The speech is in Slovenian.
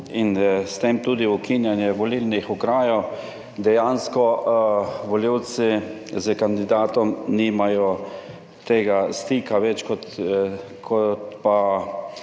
in s tem tudi ukinjanje volilnih okrajev dejansko volivci s kandidatom nimajo tega stika več kot pa